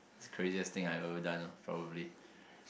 craziest thing I have ever done ah probably